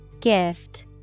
Gift